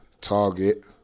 Target